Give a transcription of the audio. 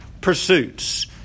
pursuits